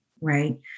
right